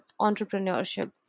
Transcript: Entrepreneurship